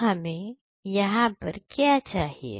तो हमें यहां पर क्या चाहिए